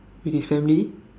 with his family